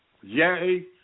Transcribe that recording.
Yay